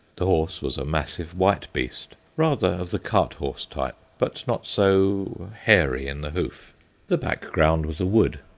the horse was a massive white beast, rather of the cart-horse type, but not so hairy in the hoof the background was a wood,